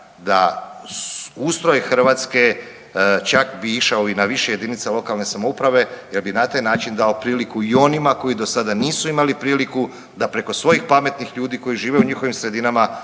da ustroj Hrvatske čak bi išao i na više jedinice lokalne samouprave jer bi na taj način dao priliku i onima koji do sada nisu imali priliku da preko svojih pametnih ljudi koji žive u njihovim sredinama